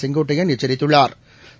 செங்கோட்டையள் எச்சாித்துள்ளாா்